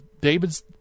David's